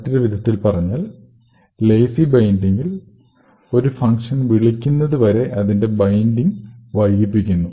മറ്റൊരു വിധത്തിൽ പറഞ്ഞാൽ ലേസി ബൈൻഡിങ്ങിൽ ഒരു ഫങ്ഷൻ വിളിക്കുന്നത് വരെ അതിന്റെ ബൈൻഡിങ് വൈകിപ്പിക്കുന്നു